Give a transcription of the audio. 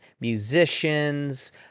musicians